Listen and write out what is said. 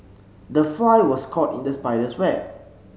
the fly was caught in the spider's web